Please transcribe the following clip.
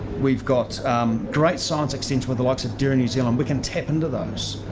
we've got great science extension with the likes of dairy new zealand we can tap into those.